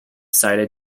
cited